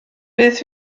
beth